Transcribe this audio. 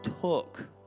took